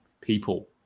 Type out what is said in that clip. people